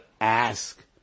ask